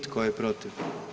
Tko je protiv?